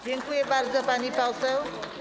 Dziękuję bardzo, pani poseł.